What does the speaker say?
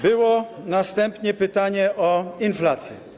Było następnie pytanie o inflację.